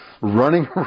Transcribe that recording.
running